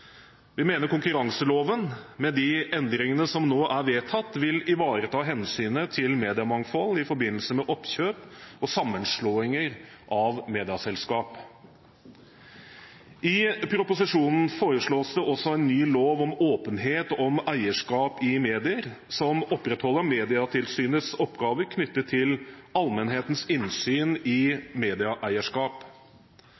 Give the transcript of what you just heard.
Vi mener konkurranseloven, med de endringene som nå er vedtatt, vil ivareta hensynet til mediemangfold i forbindelse med oppkjøp og sammenslåinger av medieselskap. I proposisjonen foreslås det også en ny lov om åpenhet om eierskap i medier som opprettholder Medietilsynets oppgaver knyttet til allmennhetens innsyn i